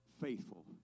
faithful